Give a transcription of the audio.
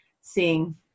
seeing